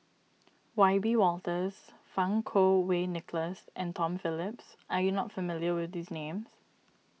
Wiebe Wolters Fang Kuo Wei Nicholas and Tom Phillips are you not familiar with these names